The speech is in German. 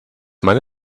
meine